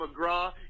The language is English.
McGraw